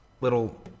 little